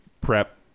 PrEP